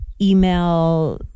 email